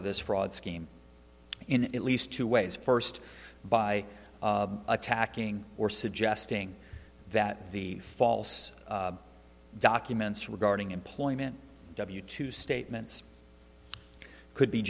of this fraud scheme in at least two ways first by attacking or suggesting that the false documents regarding employment w two statements could be